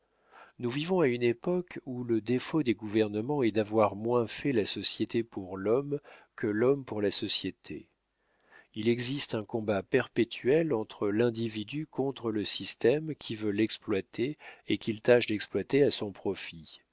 nous vivons à une époque où le défaut des gouvernements est d'avoir moins fait la société pour l'homme que l'homme pour la société il existe un combat perpétuel entre l'individu contre le système qui veut l'exploiter et qu'il tâche d'exploiter à son profit